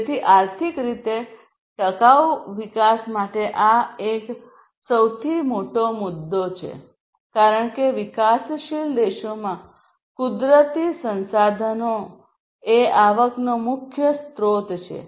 તેથી આર્થિક રીતે ટકાઉ વિકાસ માટે આ એક સૌથી મોટો મુદ્દો છે કારણ કે વિકાસશીલ દેશોમાં કુદરતી સંસાધનો એ આવકનો મુખ્ય સ્રોત છે